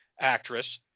actress